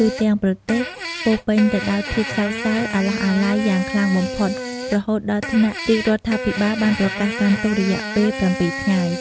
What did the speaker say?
ទូទាំងប្រទេស ពោរពេញទៅដោយភាពសោកសៅអាឡោះអាល័យយ៉ាងខ្លាំងបំផុត រហូតដល់ថ្នាក់រាជរដ្ឋាភិបាលបានប្រកាសកាន់ទុក្ខរយៈពេល ៧ ថ្ងៃ។